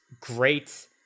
great